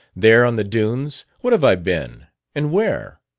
there on the dunes, what have i been and where?